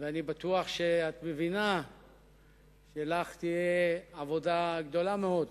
ואני בטוח שאת מבינה שלך תהיה עבודה גדולה מאוד